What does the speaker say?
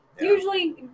Usually